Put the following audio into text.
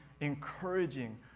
encouraging